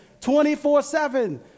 24-7